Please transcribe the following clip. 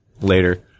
later